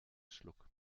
schluck